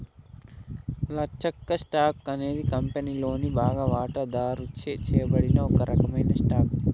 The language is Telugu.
లచ్చక్క, స్టాక్ అనేది కంపెనీలోని బాగా వాటాదారుచే చేయబడిన ఒక రకమైన స్టాక్